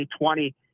2020